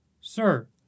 Sir